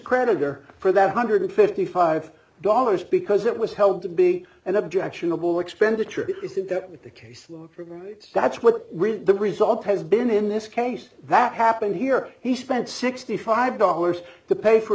creditor for that hundred fifty five dollars because it was held to be an objectionable expenditure is that the case that's what the result has been in this case that happened here he spent sixty five dollars to pay for